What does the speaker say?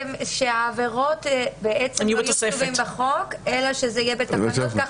שהעבירות לא יהיו כתובות בחוק, אלא בתקנות.